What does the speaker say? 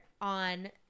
on